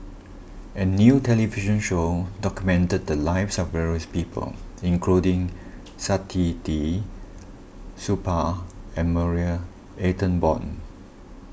a new television show documented the lives of various people including Saktiandi Supaat and Marie Ethel Bong